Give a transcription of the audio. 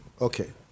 Okay